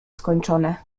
skończone